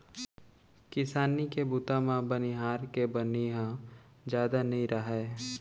किसानी के बूता म बनिहार के बनी ह जादा नइ राहय